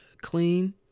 clean